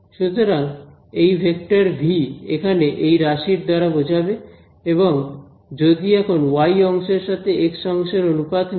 সুতরাং এই vector V এখানে এই রাশির দ্বারা বোঝাবে আমি যদি এখন ওয়াই অংশের সাথে এক্স অংশের অনুপাত নিই কি পাবো